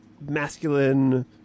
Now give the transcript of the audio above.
masculine